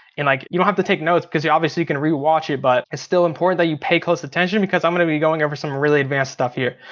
and like you don't have to take notes, because obviously you can re-watch it, but it's still important that you pay close attention, because i'm gonna be going over some really advanced stuff here.